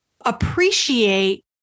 appreciate